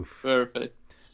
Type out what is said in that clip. perfect